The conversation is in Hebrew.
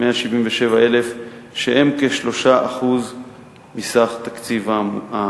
שקלים, שהם כ-3% מסך תקציב העמותה.